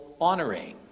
honoring